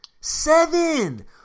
seven